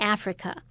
Africa